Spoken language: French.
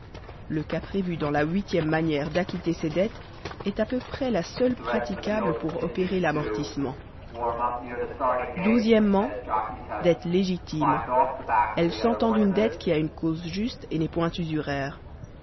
le cas prévu dans la huitième manière d'acquitter ses dettes est à peu près la seule praticable pour opérer l'amortissement o dette légitime elle s'entend d'une dette qui a une cause juste et n'est point